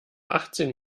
achtzehn